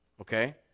Okay